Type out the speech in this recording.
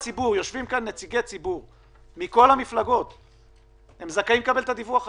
יושבים כאן נציגים של כל המפלגות והם זכאים לקבל את הדיווח הזה.